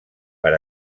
per